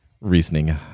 reasoning